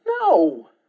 No